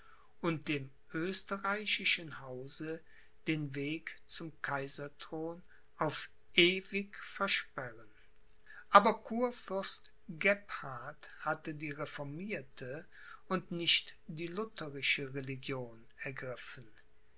und dem österreichischen hause den weg zum kaiserthron auf ewig versperren aber kurfürst gebhard hatte die reformierte und nicht die lutherische religion ergriffen